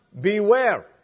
beware